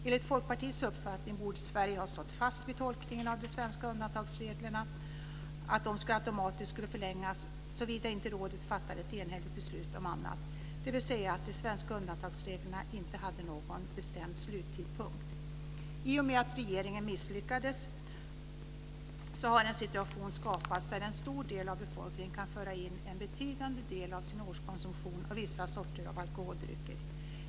Enligt Folkpartiets uppfattning borde Sverige ha stått fast vid tolkningen att de svenska undantagsreglerna automatiskt skulle förlängas såvida inte rådet fattade ett enhälligt beslut om annat, dvs. att de svenska undantagsreglerna inte hade någon bestämd sluttidpunkt. I och med att regeringen misslyckades har en situation skapats där en stor del av befolkningen kan föra in en betydande del av sin årskonsumtion av vissa sorter av alkoholdrycker.